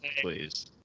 please